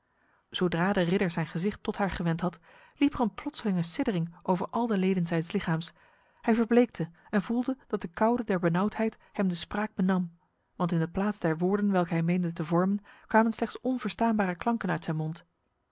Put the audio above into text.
zodra de ridder zijn gezicht tot haar gewend had liep er een plotselinge siddering over al de leden zijns lichaams hij verbleekte en voelde dat de koude der benauwdheid hem de spraak benam want in de plaats der woorden welke hij meende te vormen kwamen slechts onverstaanbare klanken uit zijn mond